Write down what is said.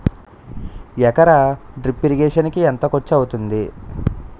ఎకర drip irrigation కి ఎంత ఖర్చు అవుతుంది?